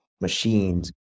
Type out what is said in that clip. machines